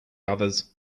others